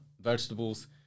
vegetables